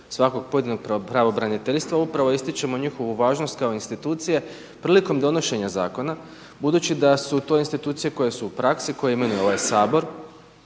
svakog pojedinog pravobraniteljstva upravo ističemo njihovu važnost kao institucije prilikom donošenje zakona budući da su to institucije koje su u praksi, koje imenuje ovaj Sabor,